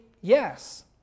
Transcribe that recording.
yes